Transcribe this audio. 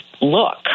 look